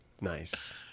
nice